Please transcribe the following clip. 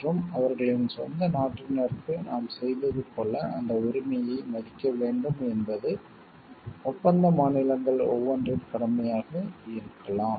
மற்றும் அவர்களின் சொந்த நாட்டினருக்கு நாம் செய்தது போல் அந்த உரிமையை மதிக்க வேண்டும் என்பது ஒப்பந்த மாநிலங்கள் ஒவ்வொன்றின் கடமையாக இருக்கலாம்